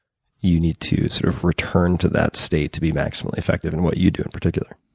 you need to sort of return to that state to be maximally effective in what you do, in particular.